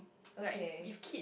okay